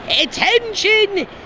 Attention